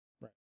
Right